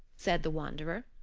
said the wanderer.